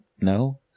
No